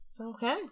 okay